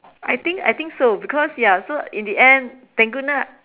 I think I think so because ya so in the end thank goodness